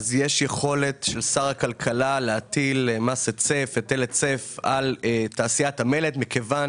אז יש יכולת לשר הכלכלה להטיל מס היצף על תעשיית המלט מכיוון